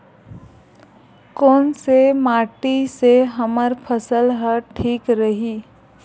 कोन से माटी से हमर फसल ह ठीक रही?